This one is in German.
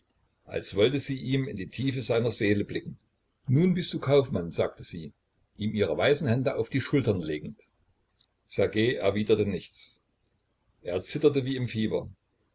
als wollte sie ihm in die tiefe seiner seele blicken nun bist du kaufmann sagte sie ihm ihre weißen hände auf die schultern legend ssergej erwiderte nichts er zitterte wie im fieber